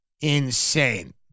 insane